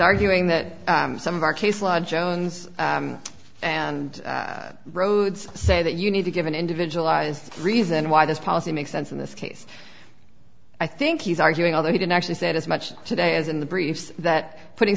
arguing that some of our case law jones and rhodes say that you need to give an individualized reason why this policy makes sense in this case i think he's arguing although he didn't actually said as much today as in the briefs that putting